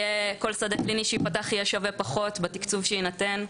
כל שדה קליני שייפתח יהיה שווה פחות בתקצוב שיינתן?